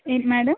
ఏంటి మేడమ్